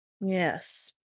Yes